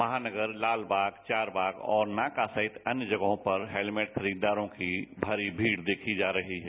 महानगर लालबाग चारबाग और नाका सहित अन्य जगहों पर हेलमेट खरीदारों की भारी भीड़ देखी जा रही है